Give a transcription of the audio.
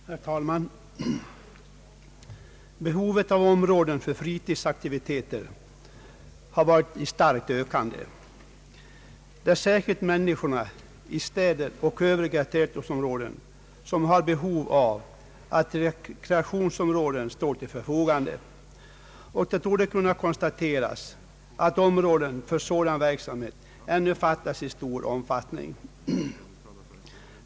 Herr talman! Behovet av områden för fritidsaktiviteter har varit i starkt ökande. Det är människorna i städer och övriga tätortsområden som har behov av att rekreationsområden står till förfogande, och man torde kunna konstatera att områden för sådan verksamhet ännu saknas i stor omfattning.